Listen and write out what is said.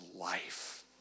life